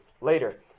later